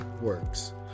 works